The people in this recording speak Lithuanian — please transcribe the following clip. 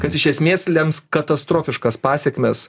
kas iš esmės lems katastrofiškas pasekmes